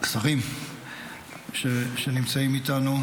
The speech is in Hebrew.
השרים שנמצאים איתנו,